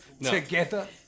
together